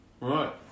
Right